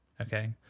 okay